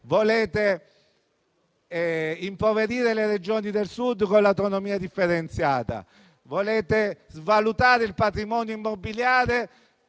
Volete impoverire le Regioni del Sud con l'autonomia differenziata. Volete svalutare il patrimonio immobiliare,